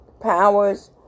powers